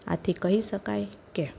આથી કહી શકાય કે